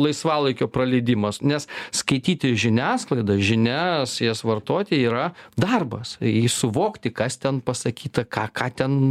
laisvalaikio praleidimas nes skaityti žiniasklaidą žinias jas vartoti yra darbas jį suvokti kas ten pasakyta ką ką ten